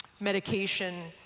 medication